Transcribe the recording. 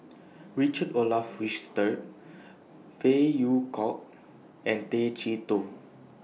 Richard Olaf Winstedt Phey Yew Kok and Tay Chee Toh